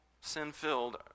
sin-filled